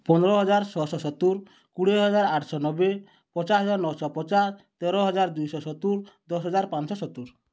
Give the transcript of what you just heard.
ପନ୍ଦର ହଜାର ଛଅ ଶହ ସତୁରୀ କୋଡ଼ିଏ ହଜାର ଆଠ ଶହ ନବେ ପଚାଶ ହଜାର ନଅ ଶହ ପଚାଶ ତେର ହଜାର ଦୁଇ ଶହ ସତୁର ଦଶ ହଜାର ପାଞ୍ଚ ଶହ ସତୁରୀ